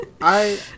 I-